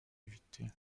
évité